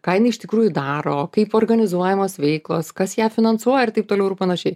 ką jinai iš tikrųjų daro kaip organizuojamos veiklos kas ją finansuoja ir taip toliau ir panašiai